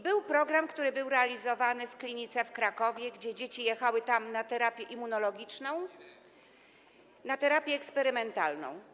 Był program, który był realizowany w klinice w Krakowie, gdzie dzieci jechały na terapię immunologiczną, na terapię eksperymentalną.